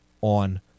on